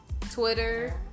Twitter